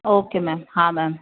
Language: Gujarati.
ઓકે મૅમ હા મૅમ